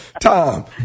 Tom